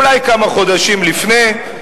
אולי כמה חודשים לפני,